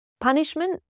punishment